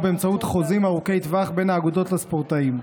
באמצעות חוזים ארוכי טווח בין האגודות לספורטאים,